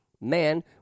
man